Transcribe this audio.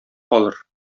калыр